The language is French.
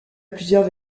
plusieurs